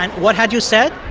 and what had you said?